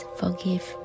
forgive